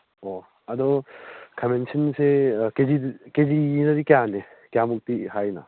ꯑꯣ ꯑꯗꯣ ꯈꯥꯃꯦꯟ ꯑꯁꯤꯟꯕꯤꯁꯦ ꯀꯦ ꯖꯤ ꯀꯦ ꯖꯤꯗꯗꯤ ꯀꯌꯥꯅꯣ ꯀꯌꯥꯃꯨꯛ ꯄꯤ ꯍꯥꯏꯅꯣ